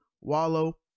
Wallow